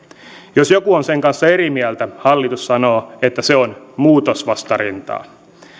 jos joku on sen kanssa eri mieltä hallitus sanoo että se on muutosvastarintaa